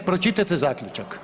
E, pročitajte Zaključak.